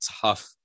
tough